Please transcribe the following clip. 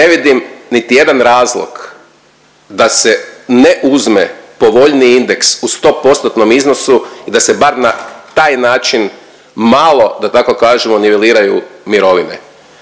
ne vidim niti jedan razlog da se ne uzme povoljniji indeks u 100%-tnom iznosu i da se bar na taj način malo, da tako kažemo niveliraju mirovine.